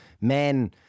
men